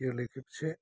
yearly खेबसे